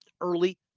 early